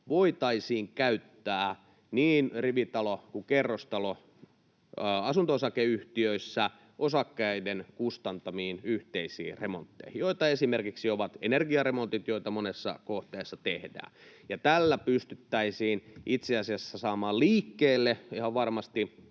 voitaisiin käyttää niin rivitalo- kuin kerrostalo-asunto-osakeyhtiöissä osakkaiden kustantamiin yhteisiin remontteihin, joita esimerkiksi ovat energiaremontit, joita monessa kohteessa tehdään. Ja tällä pystyttäisiin itse asiassa saamaan liikkeelle ihan varmasti